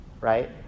right